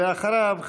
ואחריו,